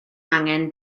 angen